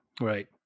right